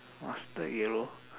mustard yellow